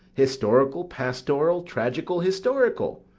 historical-pastoral, tragical-historical,